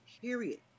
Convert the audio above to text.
period